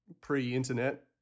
pre-internet